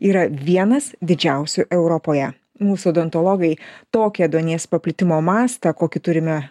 yra vienas didžiausių europoje mūsų odontologai tokią ėduonies paplitimo mastą kokį turime